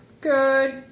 Good